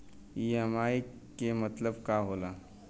EMI के मतलब का होला?